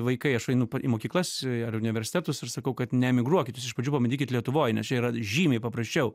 vaikai aš einu į mokyklas ar universitetus ir sakau kad neemigruokit jūs iš pradžių pabandykit lietuvoj nes čia yra žymiai paprasčiau